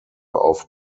auf